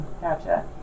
Gotcha